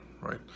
right